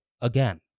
again